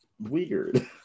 weird